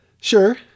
Sure